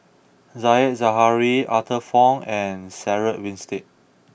Said Zahari Arthur Fong and Sarah Winstedt